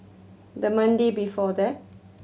the Monday before that